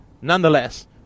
nonetheless